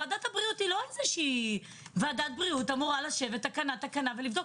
ועדת בריאות אמורה לשבת תקנה אחר תקנה ולבדוק.